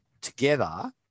together